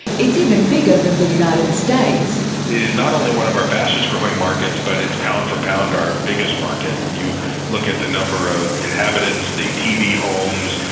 it's even bigger than the united states. it is not only one of our fastest growing markets, but it's pound-for-pound our biggest market. when you look at the number of inhabitants, the tv homes,